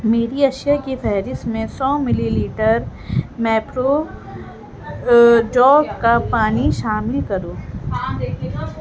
میری اشیا کی فہرست میں سو ملی لیٹر میپرو جو کا پانی شامل کرو